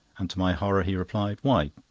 and to my horror he replied why,